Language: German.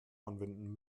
anwenden